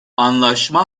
anlaşma